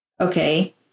Okay